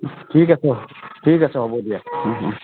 ঠিক আছে ঠিক আছে হ'ব দিয়া